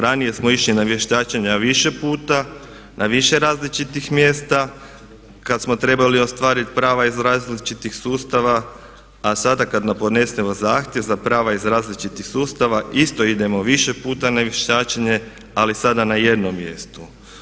Ranije smo išli na vještačenja više puta, na više različitih mjesta kad smo trebali ostvariti prava iz različitih sustava, a sada kad podnesemo zahtjev za prava iz različitih sustava isto idemo više puta na vještačenje ali sada na jednom mjestu.